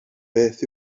beth